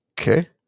Okay